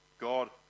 God